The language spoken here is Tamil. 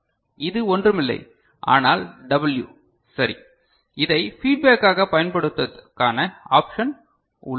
இது ஒன்றுமில்லை ஆனால் W சரி இதைப் ஃபீட்பேக்காக பயன்படுத்துவதற்கான ஆப்ஷன் உள்ளது